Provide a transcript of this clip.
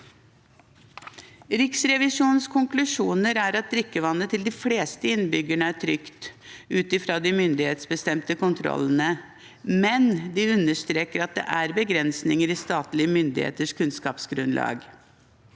Riksrevisjonens konklusjon er at de fleste innbyggernes drikkevann er trygt ut fra de myndighetsbestemte kontrollene, men de understreker at det er begrensninger i statlige myndigheters kunnskapsgrunnlag.